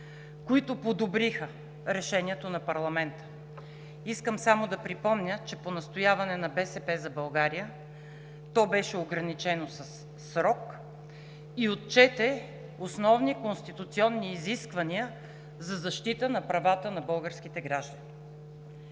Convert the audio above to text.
които подобриха решението на парламента. Искам само да припомня, че по настояване на „БСП за България“ то беше ограничено със срок и отчете основни конституционни изисквания за защита на правата на българските граждани.